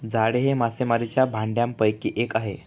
जाळे हे मासेमारीच्या भांडयापैकी एक आहे